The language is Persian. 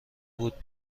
بود